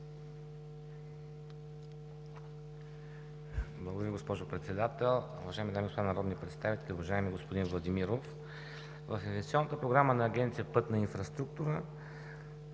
Благодаря Ви, госпожо Председател. Уважаеми дами и господа народни представители! Уважаеми господин Владимиров, в Инвестиционната програма на Агенция „Пътна инфраструктура“